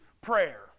prayer